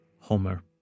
Homer